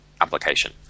application